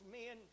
men